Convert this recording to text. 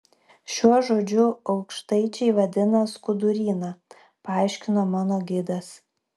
šiuo žodžiu aukštaičiai vadina skuduryną paaiškino mano gidas